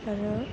आरो